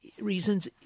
reasons